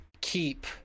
keep